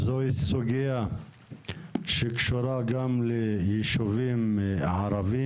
זו היא סוגיה שקשורה גם לישובים ערבים